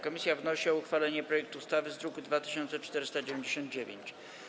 Komisja wnosi o uchwalenie projektu ustawy z druku nr 2499.